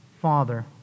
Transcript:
father